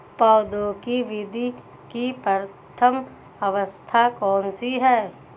पौधों की वृद्धि की प्रथम अवस्था कौन सी है?